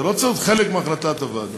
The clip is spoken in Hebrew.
זה לא צריך להיות חלק מהחלטת הוועדה.